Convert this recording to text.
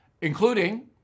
including